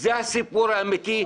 זה הסיפור האמיתי,